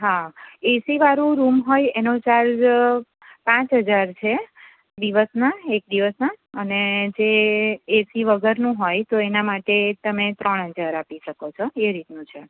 હા એસી વાળો રૂમ હોય એનો ચાર્જ પાંચ હજાર છે દિવસના એક દિવસના ને જે એસી વગરનો હોય તો એના માટે તમે ત્રણ હજાર આપી શકો છો એ રીતનું છે